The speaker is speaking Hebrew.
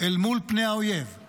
אל מול פני האויב,